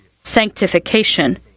sanctification